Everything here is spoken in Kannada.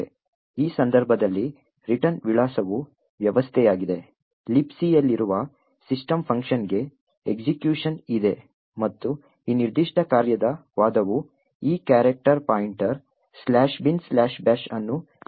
ಈ ಸಂದರ್ಭದಲ್ಲಿ ರಿಟರ್ನ್ ವಿಳಾಸವು ವ್ಯವಸ್ಥೆಯಾಗಿದೆ Libcಯಲ್ಲಿರುವ ಸಿಸ್ಟಂ ಫಂಕ್ಷನ್ಗೆ ಎಸ್ಎಕ್ಯುಷನ್ ಇದೆ ಮತ್ತು ಈ ನಿರ್ದಿಷ್ಟ ಕಾರ್ಯದ ವಾದವು ಈ ಕ್ಯಾರೆಕ್ಟರ್ ಪಾಯಿಂಟರ್ "binbash" ಅನ್ನು ಸೂಚಿಸುತ್ತದೆ